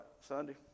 Sunday